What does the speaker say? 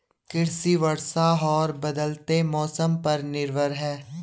कृषि वर्षा और बदलते मौसम पर निर्भर है